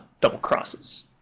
double-crosses